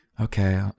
okay